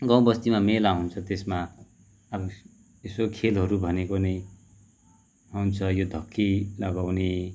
गाउँ बस्तीमा मेला हुन्छ त्यसमा अब यसो खेलहरू भनेको नै हुन्छ यो धक्की लगाउने